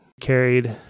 carried